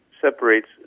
separates